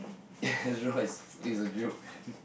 Ezra is is a joke man